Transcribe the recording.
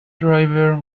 driver